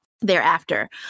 thereafter